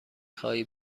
خواهی